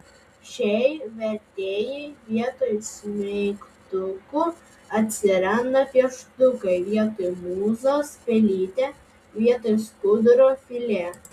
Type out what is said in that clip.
šiai vertėjai vietoj smeigtukų atsiranda pieštukai vietoj mūzos pelytė vietoj skuduro filė